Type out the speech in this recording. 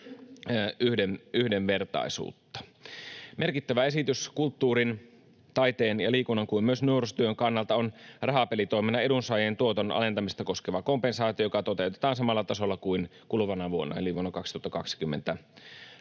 Merkittävä esitys kulttuurin, taiteen ja liikunnan kuin myös nuorisotyön kannalta on rahapelitoiminnan edunsaajien tuotannon alentamista koskeva kompensaatio, joka toteutetaan samalla tasolla kuin kuluvana vuonna eli vuonna 2022.